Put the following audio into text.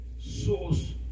source